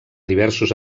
diversos